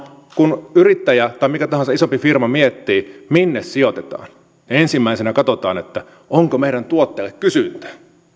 kun yrittäjä tai mikä tahansa isompi firma miettii minne sijoitetaan ensimmäisenä katsotaan että onko meidän tuotteellemme kysyntää